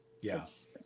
Yes